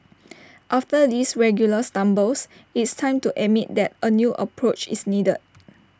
after these regular stumbles it's time to admit that A new approach is needed